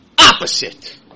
opposite